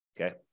okay